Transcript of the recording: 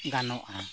ᱜᱟᱱᱚᱜᱼᱟ